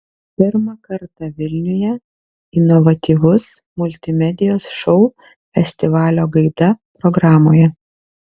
pirmą kartą vilniuje inovatyvus multimedijos šou festivalio gaida programoje